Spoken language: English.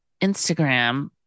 Instagram